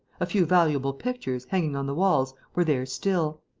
a few valuable pictures, hanging on the walls, were there still.